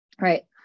right